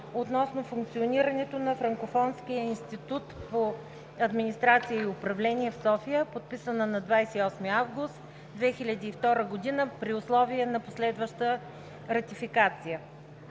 относно функционирането на Франкофонския институт по администрация и управление в София, подписана на 28 август 2002 г. при условие за последваща ратификация.